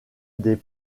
des